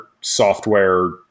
software